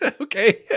Okay